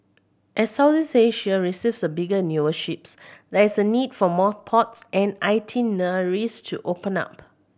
as Southeast Asia receives bigger and newer ships there's a need for more ports and itineraries to open up